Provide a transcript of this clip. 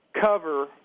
cover